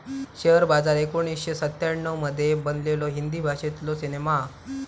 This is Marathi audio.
शेअर बाजार एकोणीसशे सत्त्याण्णव मध्ये बनलेलो हिंदी भाषेतलो सिनेमा हा